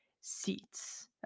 seats